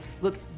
look